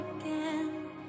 again